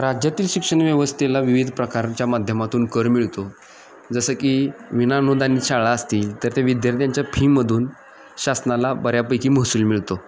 राज्यातील शिक्षण व्यवस्थेला विविध प्रकारांच्या माध्यमातून कर मिळतो जसं की विनाअनुदानित शाळा असतील तर त्या विद्यार्थ्यांच्या फीमधून शासनाला बऱ्यापैकी महसूल मिळतो